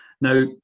Now